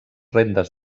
rendes